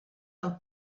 del